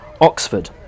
Oxford